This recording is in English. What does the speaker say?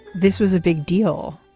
this was a big deal.